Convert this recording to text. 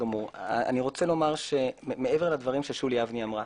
מעבר לדברים ששולי אבני אמרה,